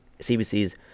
CBC's